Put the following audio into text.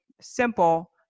Simple